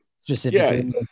specifically